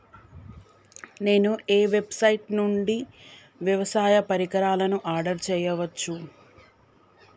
నేను ఏ వెబ్సైట్ నుండి వ్యవసాయ పరికరాలను ఆర్డర్ చేయవచ్చు?